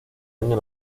año